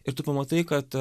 ir tu pamatai kad